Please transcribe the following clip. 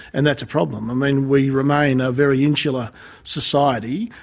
and that's a problem. i mean, we remain a very insular society.